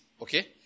okay